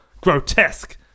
grotesque